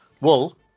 wool